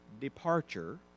departure